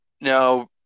now